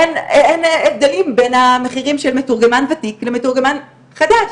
אין הבדלים בין המחירים של מתורגמן ותיק למתורגמן חדש.